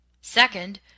Second